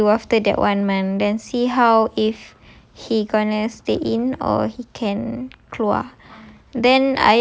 for review of that one month and see how if he gonna stay in or he can keluar